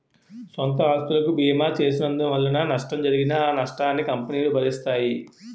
సొంత ఆస్తులకు బీమా చేసినందువలన నష్టం జరిగినా ఆ నష్టాన్ని కంపెనీలు భరిస్తాయి